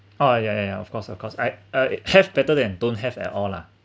ah ya ya ya of course of course I uh have better than don't have at all lah